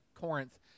Corinth